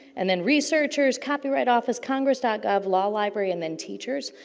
and then researchers, copyright office, congress ah gov law library, and then teachers.